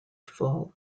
full